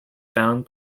found